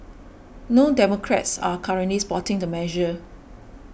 no Democrats are currently supporting the measure